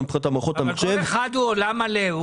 מבחינת מערכות המחשב --- אבל כל אחד הוא עולם מלא.